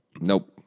Nope